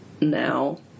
now